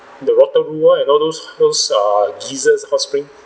the waterloo and all those all those err geysers hot spring